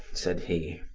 said he.